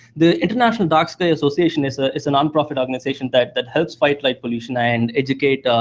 the international dark sky association, it's ah it's a nonprofit organization that that helps fight light pollution and educate